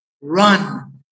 run